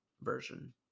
version